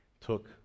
took